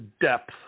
depth